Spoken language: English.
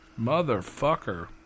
Motherfucker